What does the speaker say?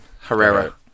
Herrera